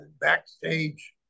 backstage